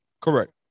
Correct